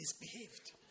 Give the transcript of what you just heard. misbehaved